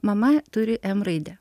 mama turi m raidę